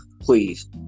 Please